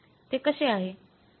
ते कसे आहे